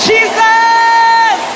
Jesus